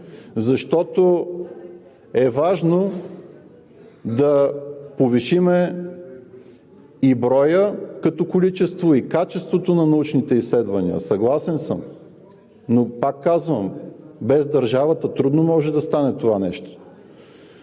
защото е важно да повишим и броя като количество, и качеството на научните изследвания. Съгласен съм, но, повтарям, без държавата трудно може да стане това нещо.